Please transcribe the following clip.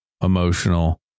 emotional